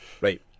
Right